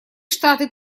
штаты